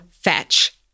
fetch